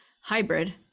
hybrid